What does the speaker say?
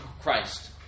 Christ